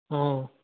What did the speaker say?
অ